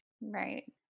Right